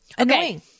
Okay